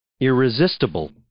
Irresistible